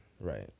right